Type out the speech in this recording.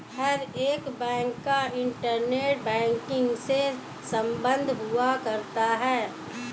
हर एक बैंक का internet banking से सम्बन्ध हुआ करता है